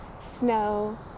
snow